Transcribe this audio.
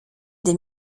des